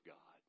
God